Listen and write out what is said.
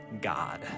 God